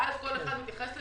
ואז כל אחד מתייחס לזה,